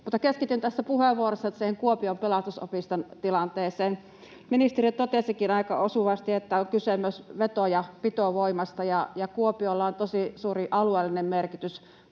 Keskityn tässä puheenvuorossa nyt Kuopion Pelastusopiston tilanteeseen. Ministeri jo totesikin aika osuvasti, että on kyse myös veto‑ ja pitovoimasta. Kuopiolla on tosi suuri alueellinen merkitys